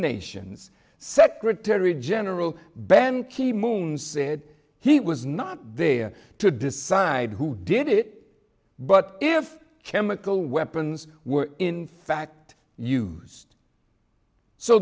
nations secretary general ban ki moon said he was not there to decide who did it but if chemical weapons were in fact used so